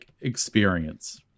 experience